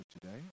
today